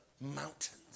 mountains